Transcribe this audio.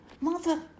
Mother